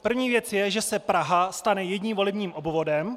První věc je, že se Praha stane jedním volebním obvodem.